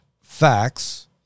facts